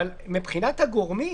מבחינת הגורמים,